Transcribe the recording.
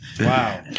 Wow